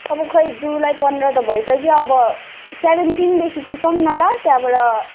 अब खै जुलाई पन्ध्र त भइसक्यो अब सेभेन्टिनदेखि सिकाऊँ न ल त्यहाँबाट